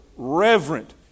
reverent